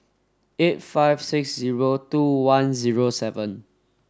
eight five six zero two one zero seven